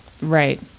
Right